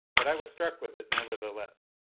but i was struck with it, nevertheless.